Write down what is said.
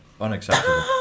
Unacceptable